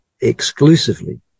Exclusively